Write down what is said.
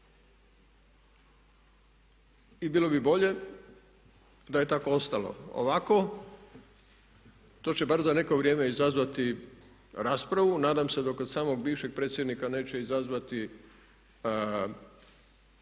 I bilo bi bolje da je tako ostalo. Ovako, to će bar za neko vrijeme izazvati raspravu. Nadam se da kod samog bivšeg predsjednika neće izazvati nikakvu